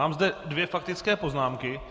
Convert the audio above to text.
Mám zde dvě faktické poznámky.